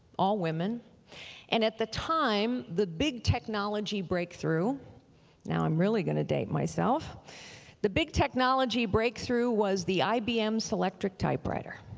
all women and at the time the big technology breakthrough now i'm really going to date myself the big technology breakthrough was the ibm selectric typewriter.